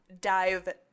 dive